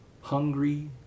hungry